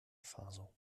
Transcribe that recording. faso